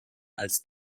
als